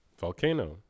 Volcano